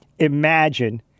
Imagine